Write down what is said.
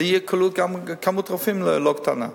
בזה יהיה כלול גם מספר רופאים לא קטן.